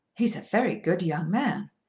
he is a very good young man.